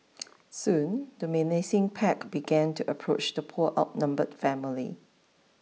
soon the menacing pack began to approach the poor outnumbered family